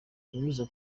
unyuze